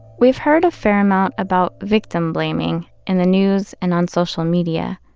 we've heard a fair amount about victim blaming in the news, and on social media.